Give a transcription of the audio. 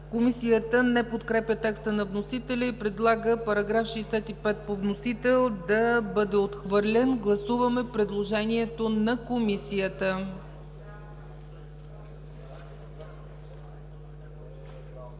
Комисията не подкрепя текста на вносителя и предлага § 65 по вносител да бъде отхвърлен. Гласуваме предложението на Комисията.